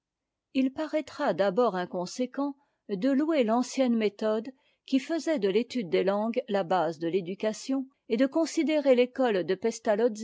il paraîtra d'abord inconséquent de louer l'ancienne méthode qui faisait de l'étude des langues la base de l'éducation et de considérer l'école de